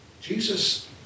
Jesus